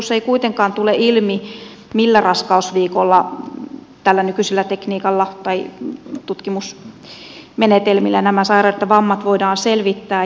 perusteluissa ei kuitenkaan tule ilmi millä raskausviikolla näillä nykyisillä tutkimusmenetelmillä nämä sairaudet ja vammat voidaan selvittää